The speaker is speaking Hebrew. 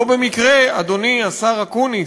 לא במקרה, אדוני השר אקוניס,